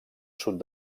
sud